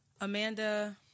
Amanda